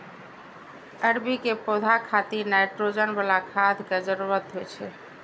अरबी के पौधा खातिर नाइट्रोजन बला खाद के जरूरत होइ छै